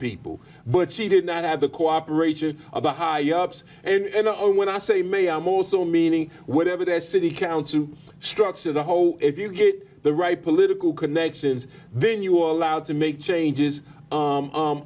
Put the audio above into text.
people but she did not have the cooperation of the higher ups and our own when i say may i'm also meaning whatever their city council structure the whole if you get the right political connections then you're allowed to make changes